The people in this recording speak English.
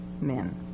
men